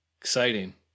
Exciting